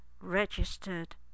registered